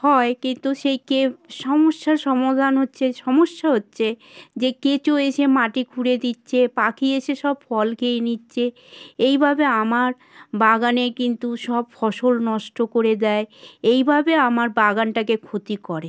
হয় কিন্তু সেই কে সমস্যার সমধান হচ্ছে সমস্যা হচ্ছে যে কেঁচো এসে মাটি খুঁড়ে দিচ্ছে পাখি এসে সব ফল খেয়ে নিচ্ছে এইভাবে আমার বাগানে কিন্তু সব ফসল নষ্ট করে দেয় এইভাবে আমার বাগানটাকে ক্ষতি করে